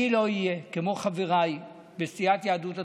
אני לא אהיה, כמו חבריי בסיעת יהדות התורה,